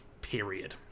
period